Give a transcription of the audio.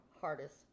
hardest